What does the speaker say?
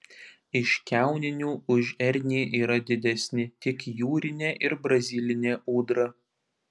iš kiauninių už ernį yra didesni tik jūrinė ir brazilinė ūdra